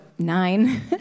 nine